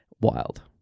Wild